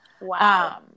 Wow